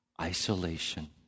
isolation